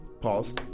Pause